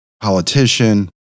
politician